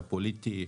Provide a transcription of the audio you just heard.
הפוליטי,